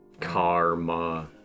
Karma